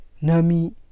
Nami